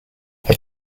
are